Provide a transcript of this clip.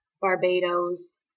Barbados